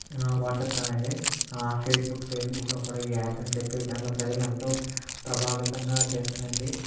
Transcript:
WhatsApp కాదు అండి Facebook ఫేస్బుక్లో కూడా ఈ ఆడ్స్ అని చెప్పి పలు ప్రజల్ని ఎంతో ప్రభావితంగా చేస్తుంది అండి